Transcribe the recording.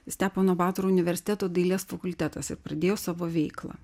stepono batoro universiteto dailės fakultetas ir pradėjo savo veiklą